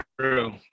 true